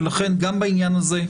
ולכן גם בעניין הזה,